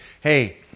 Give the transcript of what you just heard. Hey